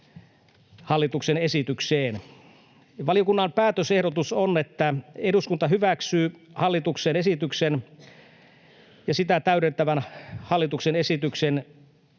hallituksen esitykseen. Valiokunnan päätösehdotus on, että eduskunta hyväksyy hallituksen esityksen ja sitä täydentävään hallituksen esitykseen